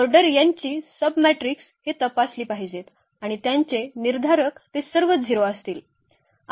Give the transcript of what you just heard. order n ची सर्व submatrices हे तपासली पाहिजेत आणि त्यांचे निर्धारक ते सर्व 0 असतील